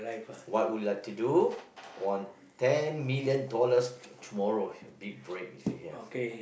what would you like to do won ten million dollars tomorrow big break if you have